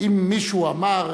שאם מישהו אמר,